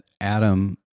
Adam